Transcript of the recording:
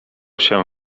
się